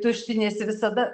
tuštiniesi visada